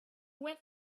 went